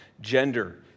gender